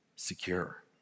secure